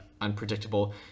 unpredictable